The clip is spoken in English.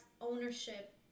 ownership